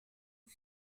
aux